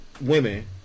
women